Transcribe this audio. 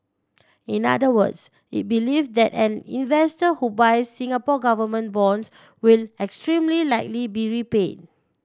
in other words it believe that an investor who buys Singapore Government bonds will extremely likely be repaid